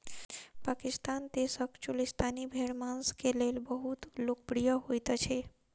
पाकिस्तान देशक चोलिस्तानी भेड़ मांस के लेल बहुत लोकप्रिय होइत अछि